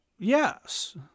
yes